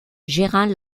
gérant